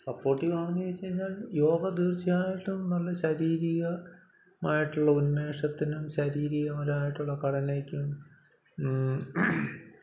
സപ്പോർട്ടീവാണോ എന്ന് ചോദിച്ചു കഴിഞ്ഞാൽ യോഗ തീർച്ചയായിട്ടും നല്ല ശരീരികമായിട്ടുള്ള ഉന്മേഷത്തിനും ശരീരികപരമായിട്ടുള്ള ഘടനയ്ക്കും